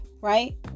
right